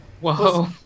Whoa